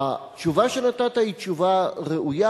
התשובה שנתת היא תשובה ראויה,